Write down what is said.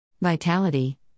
Vitality